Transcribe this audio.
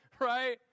right